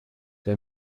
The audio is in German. der